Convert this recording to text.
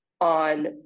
on